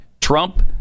Trump